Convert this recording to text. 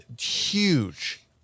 Huge